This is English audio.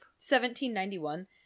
1791